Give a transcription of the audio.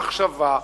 מחשבה,